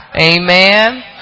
amen